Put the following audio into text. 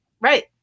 Right